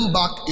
back